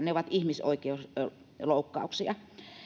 ne ovat ihmisoikeusloukkauksia